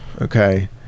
Okay